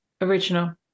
Original